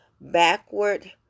backward